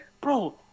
bro